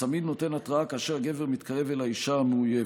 הצמיד נותן התראה כאשר הגבר מתקרב אל האישה המאוימת.